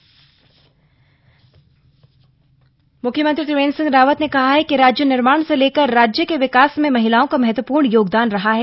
webinar मुख्यमंत्री त्रिवेन्द्र सिंह रावत ने कहा है कि राज्य निर्माण से लेकर राज्य के विकास में महिलाओं का महत्वपूर्ण योगदान रहा है